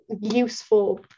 useful